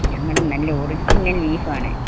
ഞങ്ങളുടെ നല്ല ഒറിജിനൽ ബീഫാണ്